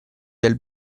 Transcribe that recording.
del